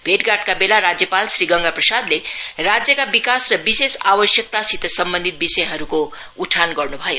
भेटघाटका बेला राज्यपाल श्री गंगा प्रसाद्ले राज्यका विकास र विशेष आवश्यकतासित सम्बन्धित विषयहरूको उठान गर्न् भयो